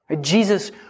Jesus